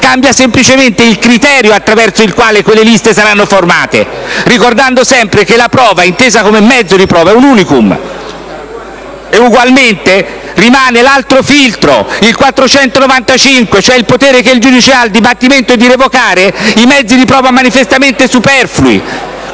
Cambia semplicemente il criterio attraverso il quale quelle liste saranno formate, ricordando sempre che la prova, intesa come mezzo di prova, è un *unicum*. E ugualmente rimane l'altro filtro, l'articolo 495, cioè quello che nel dibattimento riconosce al giudice il potere di revocare i mezzi di prova manifestamente superflui.